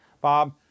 Bob